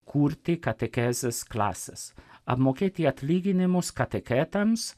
kurti katechezes klases apmokėti atlyginimus katechetams